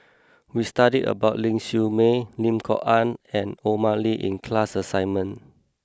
we studied about Ling Siew May Lim Kok Ann and Omar Ali in class assignment